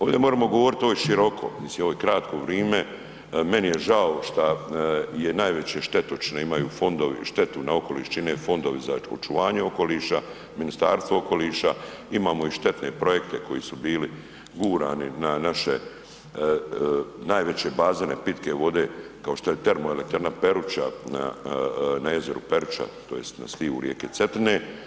Ovdje moremo govorit, ovo je široko, mislim ovo je kratko vrime, meni je žao šta je najveće štetočine imaju fondovi, štetu na okoliš čine Fondovi za očuvanje okoliša, Ministarstvo okoliša, imamo i štetne projekte koji su bili gurani na naše najveće bazene pitke vode kao što je teromoelektrana Peruča na jezeru Peruča tj. na slivu rijeke Cetine.